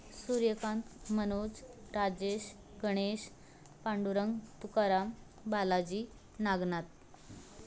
Suryakant Manoj Rajesh Ganesh Pandurang Tukaram Balaji Nagnath